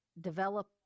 develop